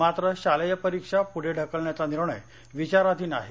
मात्र शालेय परीक्षा पुढे ढकलण्याचा निर्णय विचाराधीन आहे